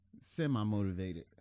Semi-motivated